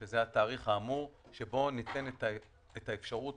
שזה התאריך האמור, שבו ניתנת האפשרות